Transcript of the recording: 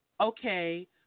Okay